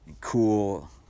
cool